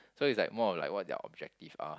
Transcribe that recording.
so it's like more of like what their objective are